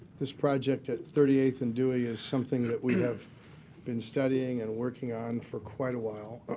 this project at thirty eighth and dewey is something that we have been studying and working on for quite a while.